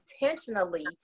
intentionally